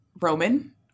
Roman